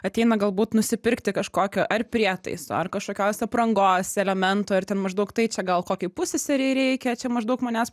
ateina galbūt nusipirkti kažkokio ar prietaiso ar kažkokios aprangos elemento ir ten maždaug tai čia gal kokiai pusseserei reikia čia maždaug manęs